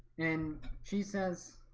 and she says